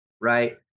right